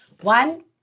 One